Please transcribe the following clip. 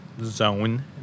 zone